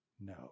No